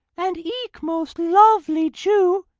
and eke most lovely jew,